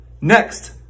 Next